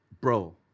bro